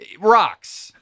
Rocks